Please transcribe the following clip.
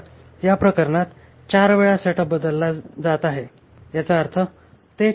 तर या प्रकरणात 4 वेळा सेटअप बदलला जात आहे याचा अर्थ ते 4800 रुपये लागतील